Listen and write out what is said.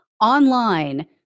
online